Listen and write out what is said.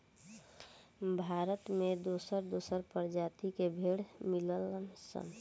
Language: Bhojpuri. भारत में दोसर दोसर प्रजाति के भेड़ मिलेलन सन